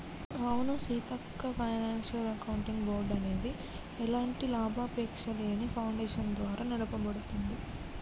అవును Seethakka financial accounting board అనేది ఎలాంటి లాభాపేక్షలేని ఫాడేషన్ ద్వారా నడపబడుతుంది